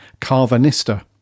Carvanista